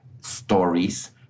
stories